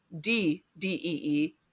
D-D-E-E